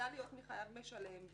חדל להיות חייב משלם,